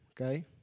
okay